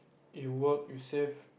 if you work you save